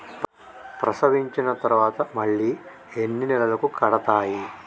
ప్రసవించిన తర్వాత మళ్ళీ ఎన్ని నెలలకు కడతాయి?